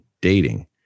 dating